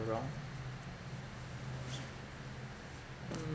wrong